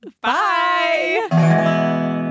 Bye